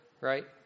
right